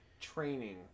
training